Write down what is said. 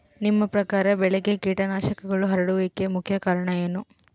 ನಿಮ್ಮ ಪ್ರಕಾರ ಬೆಳೆಗೆ ಕೇಟನಾಶಕಗಳು ಹರಡುವಿಕೆಗೆ ಮುಖ್ಯ ಕಾರಣ ಏನು?